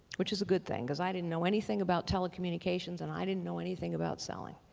which is a good thing because i didn't know anything about telecommunications and i didn't know anything about selling.